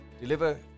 Deliver